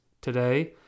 today